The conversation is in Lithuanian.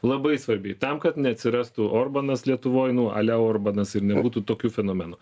labai svarbi tam kad neatsirastų orbanas lietuvoj nu a la orbanas ir nebūtų tokių fenomenų